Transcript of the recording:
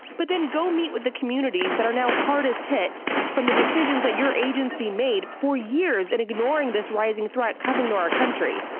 but then go meet with the communities that are now hardest hit from the decisions that your agency made for years in and ignoring this rising threat coming into our country.